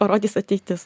parodis ateitis